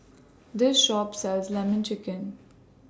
This Shop sells Lemon Chicken